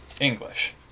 English